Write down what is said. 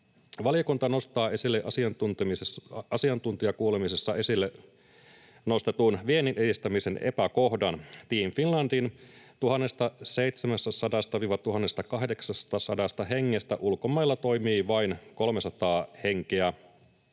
Valiokunta nostaa esille asiantuntijakuulemisessa esille nostetun viennin edistämisen epäkohdan: Team Finlandin 1 700—1 800 hengestä ulkomailla toimii vain 300 henkeä.